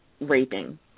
raping